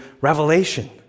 Revelation